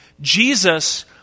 Jesus